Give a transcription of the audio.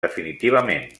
definitivament